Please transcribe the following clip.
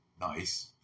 Nice